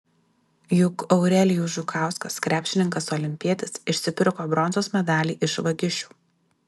juk eurelijus žukauskas krepšininkas olimpietis išsipirko bronzos medalį iš vagišių